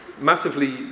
massively